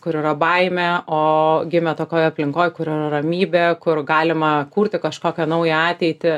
kur yra baimė o gimė tokioj aplinkoj kur ramybė kur galima kurti kažkokią naują ateitį